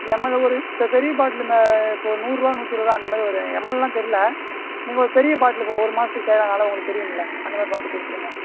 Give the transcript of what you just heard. ML ஒரு இப்போ பெரிய பாட்லு ம இந்த இப்போ ஒரு நூறுபா நூத்திற்றி இருபது ரூபா அந்த மாதிரி ஒரு எம்எல்லாம் தெரில நீங்கள் ஒரு பெரிய பாட்லு இப்போ ஒரு மாதத்துக்கு தேவையான அளவு உங்களுக்கு தெரியும்ல அந்த மாதிரி பார்த்து கொடுத்துருங்க